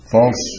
False